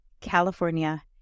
California